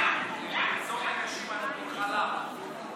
זה מה שאתה, מוציא אנשים כאילו שהם כלבים.